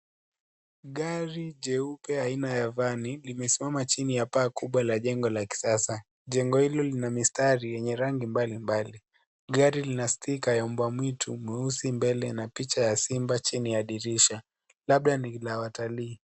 Gari jeupe aina ya vani limesimama chini ya paa kubwa la jengo la kisasa . Jengo hilo lina mistari yenye rangi mbalimbali , gari lina stika ya mbwa mwitu mweusi mbele na picha ya simba chini ya dirisha , labda ni la watalii.